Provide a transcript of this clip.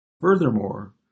Furthermore